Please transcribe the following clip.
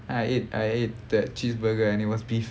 I ate I that cheeseburger and it was beef